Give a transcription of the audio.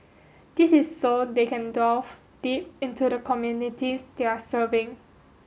this is so they can delve deep into the communities they are serving